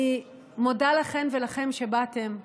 אני מודה לכן ולכם שבאתם,